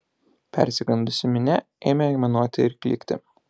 persigandusi minia ėmė aimanuoti ir klykti